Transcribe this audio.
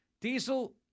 Diesel